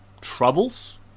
troubles